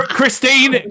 Christine